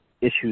issues